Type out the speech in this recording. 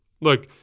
look